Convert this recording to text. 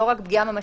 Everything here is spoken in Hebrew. לא רק פגיעה ממשית,